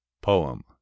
Poem